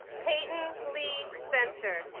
payton lee spencer